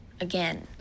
again